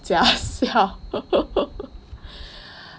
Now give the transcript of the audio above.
假笑